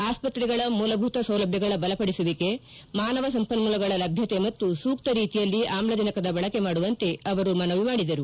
ಆಸ್ಪತ್ರೆಗಳ ಮೂಲಭೂತ ಸೌಲಭ್ಯಗಳ ಬಲಪಡಿಸುವಿಕೆ ಮಾನವ ಸಂಪನ್ಮೂಲಗಳ ಲಭ್ಯತೆ ಮತ್ತು ಸೂಕ್ತ ರೀತಿಯಲ್ಲಿ ಆಮ್ಲಜನಕದ ಬಳಕೆ ಮಾಡುವಂತೆ ಅವರು ಮನವಿ ಮಾಡಿದರು